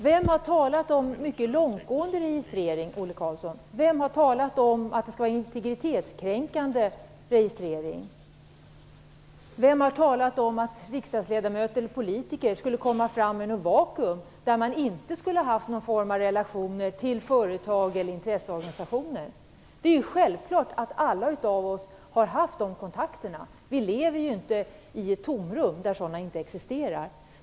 Herr talman! Vem har talat om mycket långtgående registrering? Vem har talat om att det skall vara en integritetskränkande registrering? Vem har talat om att riksdagsledamöter skulle kunna hamna i ett vakuum där man inte skulle ha relationer till företag eller intresseorganisationer? Det är självklart att alla av oss har haft de kontakterna. Vi lever ju inte i ett tomrum där sådana kontakter inte existerar.